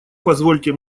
позвольте